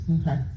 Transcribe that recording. Okay